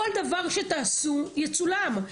כל דבר שתעשו יצולם.